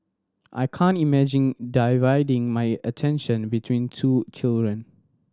I can't imagine dividing my attention between two children